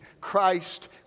Christ